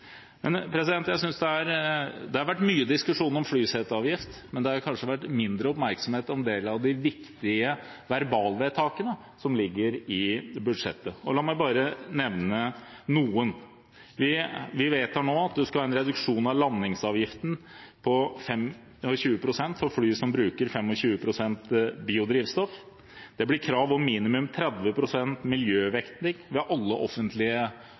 Det har vært mye diskusjon om flyseteavgift, men det har kanskje vært mindre oppmerksomhet om en del av de viktige verbalvedtakene som ligger i budsjettet. La meg bare nevne noen: Vi vedtar i dag en reduksjon av landingsavgiftene på 25 pst. for fly som bruker 25 pst. biodrivstoff. Det blir krav om minimum 30 pst. miljøvekting ved alle offentlige